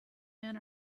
men